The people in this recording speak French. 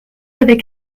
avec